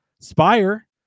Spire